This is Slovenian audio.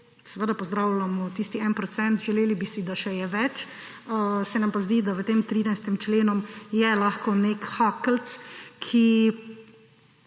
seveda pozdravljamo tisti en procent, želeli bi si, da je še več. Se nam pa zdi, da v tem 13. členu je lahko nek hakelc, ki